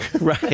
Right